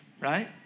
right